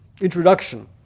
introduction